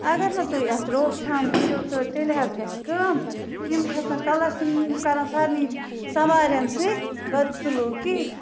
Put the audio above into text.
اَگَر نہٕ تُہۍ اَتھ روک تھام کٔرِو تہٕ تیٚلہِ حظ گَژھِ کٲم یِم کھَسَن کَلَس یِم یِم کَرَن سارنی سَوارٮ۪ن سۭتۍ بَدسُلوٗکی